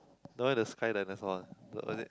the one with the sky dinosaur one the what is it